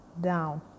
down